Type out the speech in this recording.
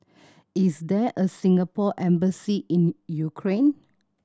is there a Singapore Embassy in Ukraine